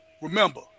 Remember